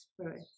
Spirit